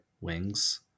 wings